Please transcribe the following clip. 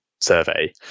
survey